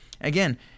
Again